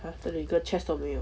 !huh! 这里一个 chest 都没有